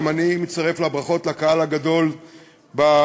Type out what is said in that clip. גם אני מצטרף לברכות לקהל הגדול באולם,